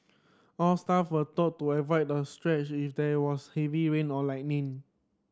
all staff were told to avoid the stretch if there was heavy rain or lightning